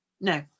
No